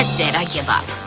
that's it, i give up.